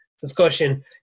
discussion